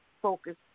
focus